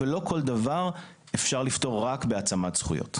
ולא כל דבר אפשר לפתור רק בהעצמת זכויות.